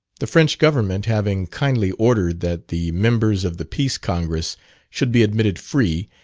the french government having kindly ordered, that the members of the peace congress should be admitted free,